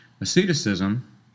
asceticism